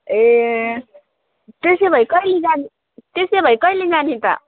ए त्यसोभए कहिले जाने त्यसोभए कहिले जाने त